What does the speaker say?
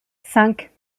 cinq